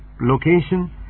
location